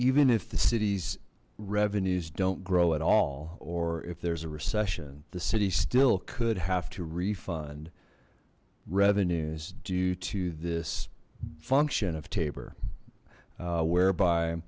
even if the city's revenues don't grow at all or if there's a recession the city still could have to refund revenues due to this function of tabor whereby